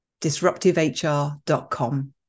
disruptivehr.com